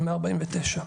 ו-149,